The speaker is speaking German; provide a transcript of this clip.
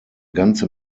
ganze